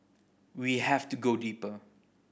we have to go deeper